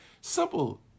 simple